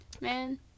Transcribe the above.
man